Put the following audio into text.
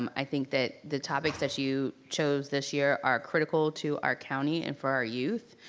um i think that the topics that you chose this year are critical to our county and for our youth,